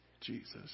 Jesus